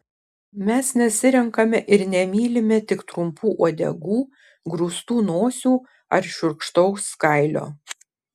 mes nesirenkame ir nemylime tik trumpų uodegų grūstų nosių ar šiurkštaus kailio